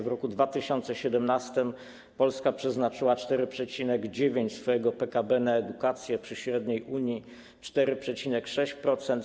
W roku 2017 Polska przeznaczyła 4,9% swojego PKB na edukację, przy średniej Unii 4,6%.